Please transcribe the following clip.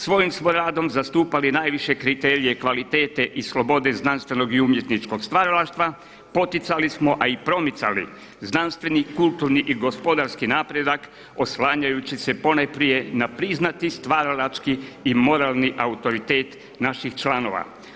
Svojim smo radom zastupali najviše kriterije kvalitete i slobode znanstvenog i umjetničkog stvaralaštva, poticali smo a i promicali znanstveni, kulturni i gospodarski napredak oslanjajući se ponajprije na priznati stvaralački i moralni autoritet naših članova.